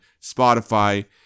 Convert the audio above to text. Spotify